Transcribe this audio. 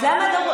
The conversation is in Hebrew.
אז למה דרוש,